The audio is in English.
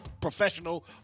professional